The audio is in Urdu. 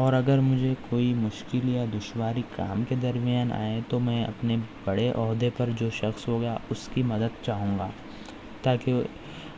اور اگر مجھے کوئی مشکل یا دشواری کام کے درمیان آئے تو میں اپنے بڑے عہدہ پر جو شخص ہوگا اس کی مدد چاہوں گا تاکہ